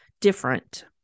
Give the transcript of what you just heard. different